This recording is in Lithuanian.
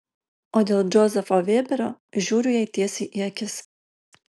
o dėl džozefo vėberio žiūriu jai tiesiai į akis